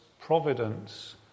providence